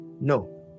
No